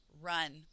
run